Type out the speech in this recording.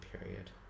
period